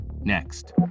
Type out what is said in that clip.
next